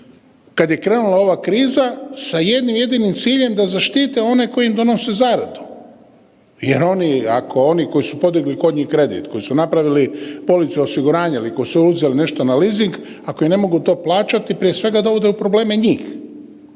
kad je krenula ova kriza sa jednim jedinim ciljem da zaštite one koji im donose zaradu. Jer oni, ako oni koji su podigli kod njih kredit koji su napravili police osiguranja ili koji su uzeli nešto na leasing ako im ne mogu to plaćati prije svega dovode u probleme njih.